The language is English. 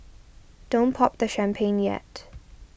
don't pop the champagne yet